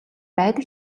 байдаг